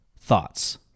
Thoughts